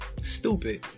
Stupid